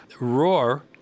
ROAR